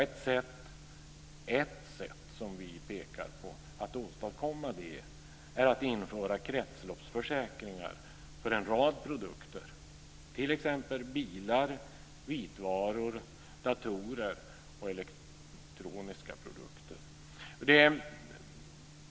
Ett sätt att åstadkomma det, som vi pekar på, är att införa kretsloppsförsäkringar för en rad produkter, t.ex. bilar, vitvaror, datorer och elektroniska produkter.